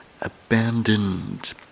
abandoned